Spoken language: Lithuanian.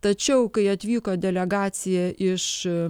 tačiau kai atvyko delegacija iš